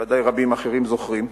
ובוודאי רבים אחרים זוכרים,